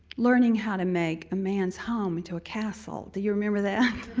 learning how to make a man's home into a castle, do you remember that?